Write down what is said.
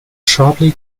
sharply